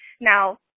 Now